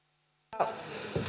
arvoisa